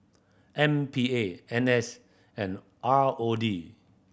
M P A N S and R O D